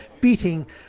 beating